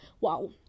wow